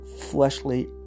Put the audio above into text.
fleshly